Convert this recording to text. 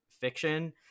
fiction